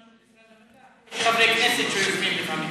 יוזמה של משרד המדע, חברי כנסת שיוזמים לפעמים.